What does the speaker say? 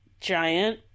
giant